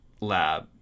lab